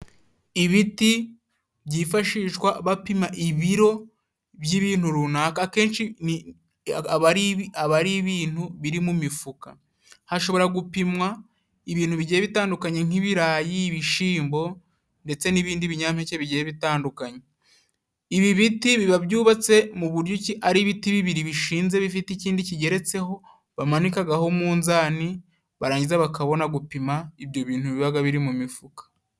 Ibiti byifashishwa bapima ibiro by'ibintu runaka akenshi aba ari ibintu biri mu miifuka, hashobora gupimwa ibintu bigiye bitandukanye nk'ibirayi, ibishimbo, ndetse n'ibindi binyampeke bigiye bitandukanye. Ibi biti biba byubatse mu buryo ki ari ibiti bibiri bishinze bifite ikindi kigeretseho bamanikagaho umunzani, barangiza bakabona gupima ibyo bintu bibaga biri mu mifuka.